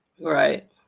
right